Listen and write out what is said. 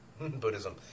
Buddhism